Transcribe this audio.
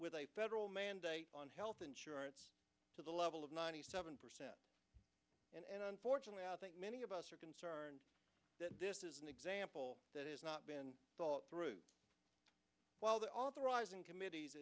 with a federal mandate on health insurance to the level of ninety seven percent and unfortunately i think many of us are concerned that this is an example that has not been thought through while the authorizing committees